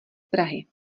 prahy